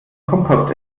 kompost